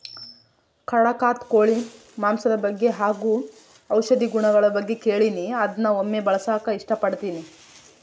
ಕಡಖ್ನಾಥ್ ಕೋಳಿ ಮಾಂಸದ ಬಗ್ಗೆ ಹಾಗು ಔಷಧಿ ಗುಣಗಳ ಬಗ್ಗೆ ಕೇಳಿನಿ ಅದ್ನ ಒಮ್ಮೆ ಬಳಸಕ ಇಷ್ಟಪಡ್ತಿನಿ